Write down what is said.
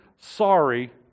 sorry